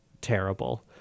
terrible